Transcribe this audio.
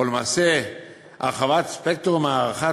או למעשה הרחבת ספקטרום ההערכה,